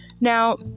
Now